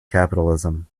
capitalism